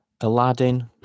Aladdin